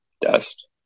dust